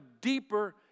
deeper